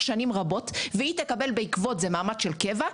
שנים רבות והיא תקבל בעקבות זה מעמד של קבע,